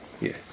yes